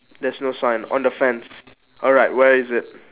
there's no sign on the fence alright where is it